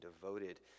devoted